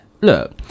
Look